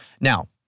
Now